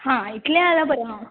आं इतलें जाल्यार बरें आसा